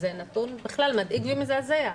שזה נתון בכלל מדאיג ומזעזע.